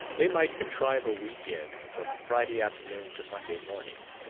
they might contrive a week-end from friday afternoon to monday morning.